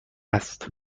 است